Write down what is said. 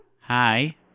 Hi